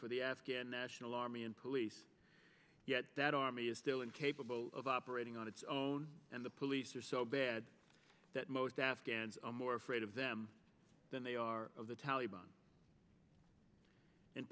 for the afghan national army and police yet that army is still incapable of operating on its own and the police are so bad that most afghans are more afraid of them than they are of the taliban in